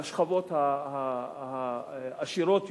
לשכבות העשירות יותר,